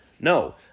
No